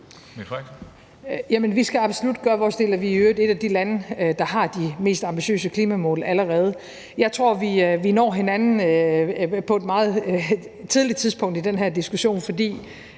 Vi skal absolut gøre vores del, og vi er i øvrigt et af de lande, der har de mest ambitiøse klimamål allerede. Jeg tror, at vi når hinanden på et meget tidligt tidspunkt i den her diskussion, fordi,